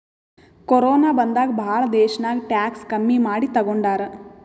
corona ಬಂದಾಗ್ ಭಾಳ ದೇಶ್ನಾಗ್ ಟ್ಯಾಕ್ಸ್ ಕಮ್ಮಿ ಮಾಡಿ ತಗೊಂಡಾರ್